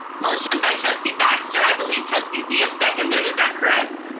motion by trustee baxter. i believe trustee zia seconded, is that correct?